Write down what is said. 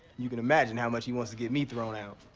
you can imagine how much he wants to get me thrown out.